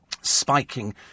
spiking